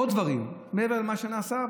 עוד דברים מעבר למה שנעשה,